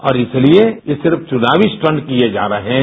और इसलिए ये सब चुनावी स्टंट किये जा रहे हैं